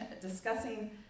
discussing